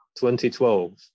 2012